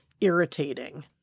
irritating